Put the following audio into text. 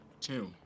Two